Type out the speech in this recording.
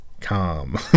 calm